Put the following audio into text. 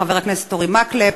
חבר הכנסת אורי מקלב,